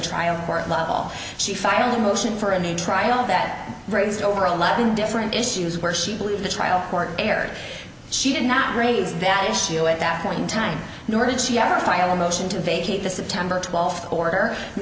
trial court level she filed a motion for a new trial that raised over eleven different issues where she believes the trial court erred she did not raise that issue at that point in time nor did she ever file a motion to vacate the september twelfth order